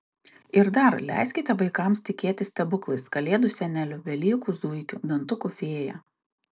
ir dar leiskite vaikams tikėti stebuklais kalėdų seneliu velykų zuikiu dantukų fėja